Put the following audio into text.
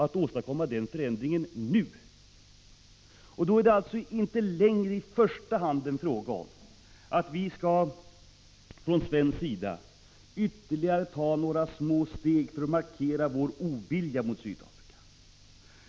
Det är därför inte längre i första hand en fråga om att vi från svensk sida skall ta ytterligare några små steg för att markera vår ovilja mot Sydafrika.